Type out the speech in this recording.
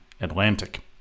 Atlantic